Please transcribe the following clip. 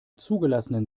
zugelassenen